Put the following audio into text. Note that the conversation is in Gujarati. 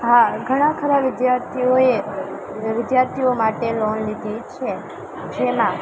હા ઘણા ખરા વિદ્યાર્થીઓએ વિદ્યાર્થીઓ માટે લોન લીધી છે જેમાં